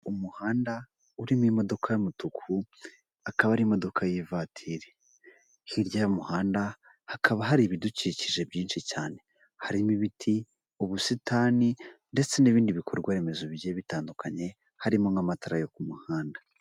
Umuhanda urimo imodoka y'umutuku akaba arimo y'ivatiri, hirya y'umuhanda hakaba hari ibidukikije byinshi cyane harimo: ibiti, ubusitani, ndetse n'ibindi bikorwa remezo bigiye bitandukanye harimo nk'amatara yo ku muhanda.